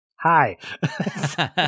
Hi